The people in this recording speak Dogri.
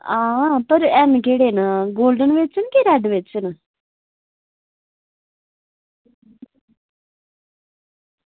हां पर हैन केह्ड़े न गोल्डन बिच्च न कि रेड बिच्च न